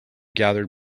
gathered